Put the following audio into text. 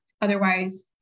otherwise